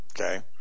okay